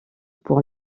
pour